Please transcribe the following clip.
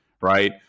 Right